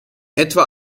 etwa